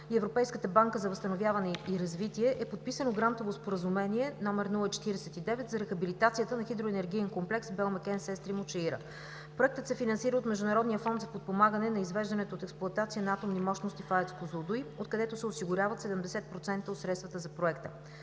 Европейската банка за възстановяване и развитие е подписано Грантово споразумение № 049 за рехабилитацията на Хидроенергиен комплекс „Белмекен – Сестримо – Чаира“. Проектът се финансира от Международния фонд за подпомагане на извеждането от експлоатация на атомни мощности в АЕЦ „Козлодуй“, откъдето се осигуряват 70% от средствата за проекта.